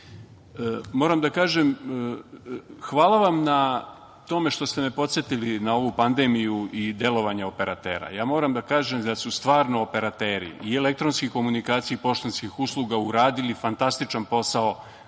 da kažem, hvala vam na tome što ste me podsetili na ovu pandemiju i delovanje operatera. Moram da kažem da su stvarno operateri i elektronske komunikacije poštanskih usluga uradili fantastičan posao na